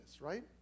right